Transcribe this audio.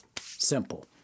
simple